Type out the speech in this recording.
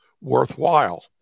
worthwhile